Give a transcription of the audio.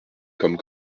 comme